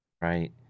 right